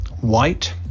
white